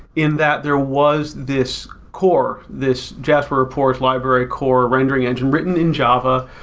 in that there was this core, this jasperreports library core rendering engine written in java,